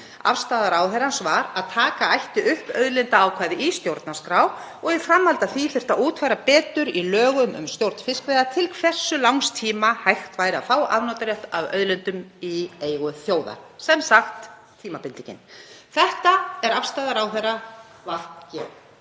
Afstaða ráðherrans var að taka ætti upp auðlindaákvæði í stjórnarskrá og í framhaldi af því þyrfti að útfæra betur í lögum um stjórn fiskveiða til hversu langs tíma hægt væri að fá afnotarétt af auðlindum í eigu þjóðar — sem sagt tímabindingin. Þetta er afstaða ráðherra VG.